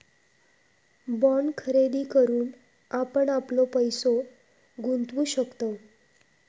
bond खरेदी करून आपण आपलो पैसो गुंतवु शकतव